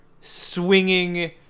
swinging